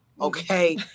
Okay